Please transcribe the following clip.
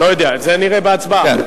את זה נראה בהצבעה.